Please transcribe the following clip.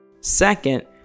Second